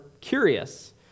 curious